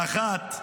האחת,